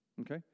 Okay